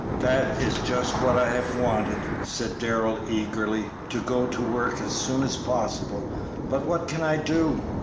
that is just what i have wanted, said darrell, eagerly to go to work as soon as possible but what can i do?